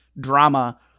drama